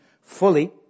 fully